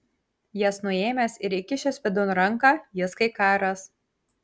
jas nuėmęs ir įkišęs vidun ranką jis kai ką ras